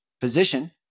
position